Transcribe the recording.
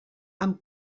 amb